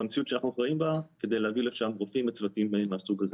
במציאות שאנו חיים בה כדי להביא לשם רופאים וצוותים מהסוג הזה.